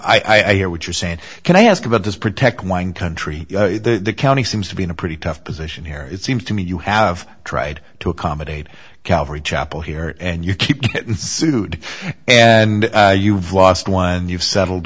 then i hear what you're saying can i ask about this protect wine country the county seems to be in a pretty tough position here it seems to me you have tried to accommodate calvary chapel here and you keep it and sued and you've lost one you've settled